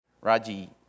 Raji